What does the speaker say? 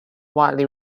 widely